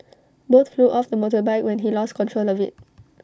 both flew off the motorbike when he lost control of IT